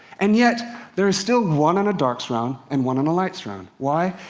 and yet there is still one on a dark surround, and one on a light surround. why?